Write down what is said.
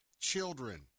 children